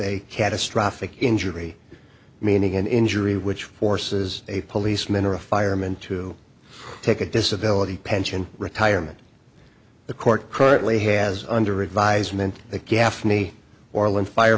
a catastrophic injury meaning an injury which forces a policeman or a fireman to take a disability pension retirement the court currently has under advisement that gaffney or lynn fire